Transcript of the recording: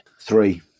Three